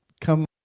come